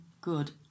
good